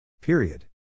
Period